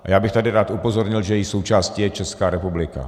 Já bych tady rád upozornil, že její součástí je Česká republika.